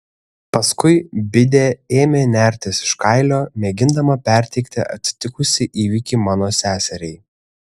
paskui bidė ėmė nertis iš kailio mėgindama perteikti atsitikusį įvykį mano seseriai